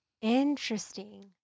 Interesting